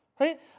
Right